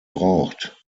braucht